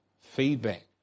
feedback